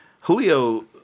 Julio